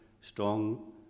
strong